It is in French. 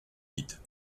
dites